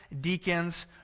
deacons